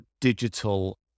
digital